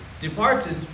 departed